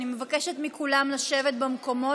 אני מבקשת מכולם לשבת במקומות.